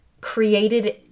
created